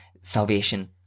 salvation